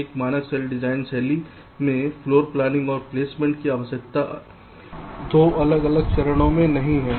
एक मानक cell design शैली में फ्लोर प्लानिंग और प्लेसमेंट की आवश्यकता 2 अलग अलग चरणों में नहीं है